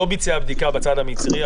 לא ביצע בדיקה בצד המצרי,